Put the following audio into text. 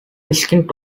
risking